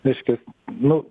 reiškias nu